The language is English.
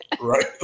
right